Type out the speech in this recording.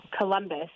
Columbus